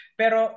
pero